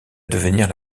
devenir